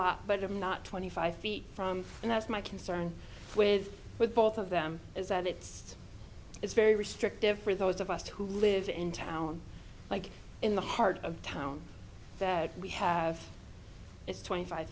lot but i'm not twenty five feet from and that's my concern with with both of them is that it's it's very restrictive for those of us who live in town like in the heart of town that we have it's twenty five